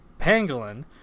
pangolin